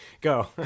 Go